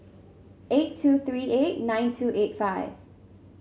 eight two three eight nine two eight five